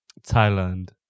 Thailand